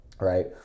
right